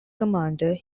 commander